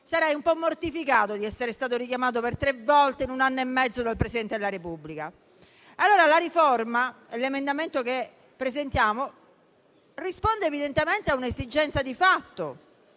sarei un po' mortificato di essere stato richiamato per tre volte in un anno e mezzo dal Presidente della Repubblica. L'emendamento che presentiamo risponde evidentemente a un'esigenza, di fatto: